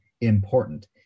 important